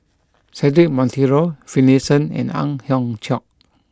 Cedric Monteiro Finlayson and Ang Hiong Chiok